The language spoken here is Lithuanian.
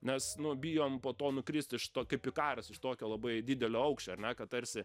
nes nu bijom po to nukrist iš to kaip ikaras iš tokio labai didelio aukščio ar ne kad tarsi